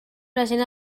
present